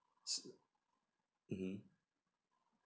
s~ mmhmm